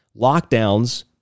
lockdowns